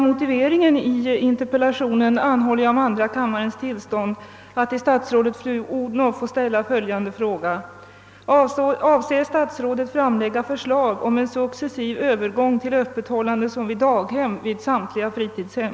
Med stöd av det anförda hemställer jag om andra kammarens medgivande att till statsrådet fru Odhnoff få framställa följande fråga: Avser statsrådet att framlägga förslag om en successiv övergång till öppethållande, såsom vid daghem, vid samtliga fritidshem?